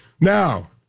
Now